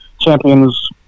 champions